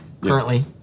currently